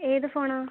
ഏത് ഫോണാ